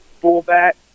fullback